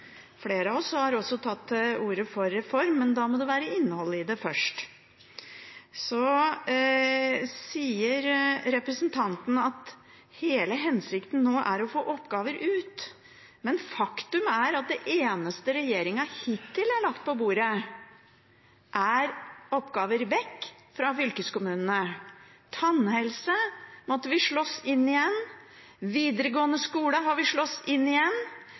flere av oss har også tatt til orde for reform, men da må det være innhold i det først. Så sier representanten at hele hensikten nå er å få oppgaver ut, men faktum er at det eneste regjeringen hittil har lagt på bordet, er oppgaver vekk fra fylkeskommunene. Tannhelse måtte vi slåss inn igjen, videregående skole har vi slåss inn igjen,